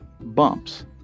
bumps